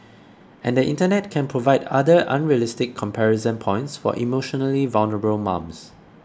and the Internet can provide other unrealistic comparison points for emotionally vulnerable mums